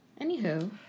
Anywho